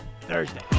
Thursday